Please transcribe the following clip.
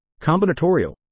combinatorial